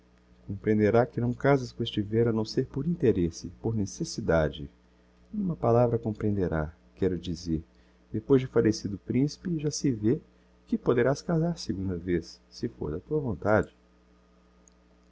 comprehenderá que não casas com este velho a não ser por interesse por necessidade n'uma palavra comprehenderá quero dizer depois de fallecido o principe já se vê que poderás casar segunda vez se fôr da tua vontade